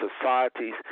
societies